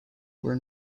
were